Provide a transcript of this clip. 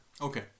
Okay